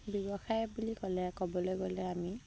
ব্যৱসায় বুলি ক'লে ক'বলৈ গ'লে আমি